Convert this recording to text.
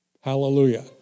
Hallelujah